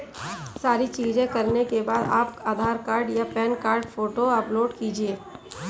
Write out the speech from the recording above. सारी चीजें करने के बाद आप आधार कार्ड या पैन कार्ड फोटो अपलोड कीजिएगा